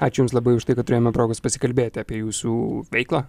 ačiū jums labai už tai kad turėjome progos pasikalbėti apie jūsų veiklą